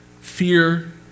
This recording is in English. Fear